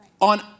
on